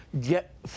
get